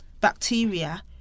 bacteria